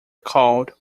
called